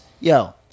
yo